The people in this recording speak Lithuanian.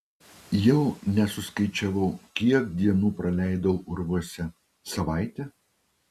jau nesuskaičiavau kiek dienų praleidau urvuose savaitę